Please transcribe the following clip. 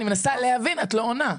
אני מנסה להבין ואת לא עונה.